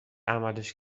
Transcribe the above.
عملش